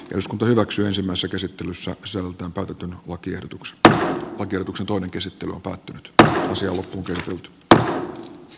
eduskunta hyväksyisimmässä käsittelyssä zoltan täytetyn lakiehdotukset oikeutuksen toinen käsittely on päättynyt kausi on tehnyt p p